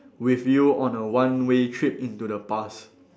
with you on a one way trip into the past